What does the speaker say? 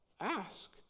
Ask